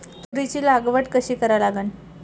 तुरीची लागवड कशी करा लागन?